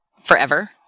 forever